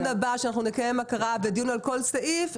הבא שבו אנחנו נקיים הקראה ודיון על כל סעיף,